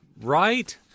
right